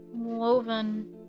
Woven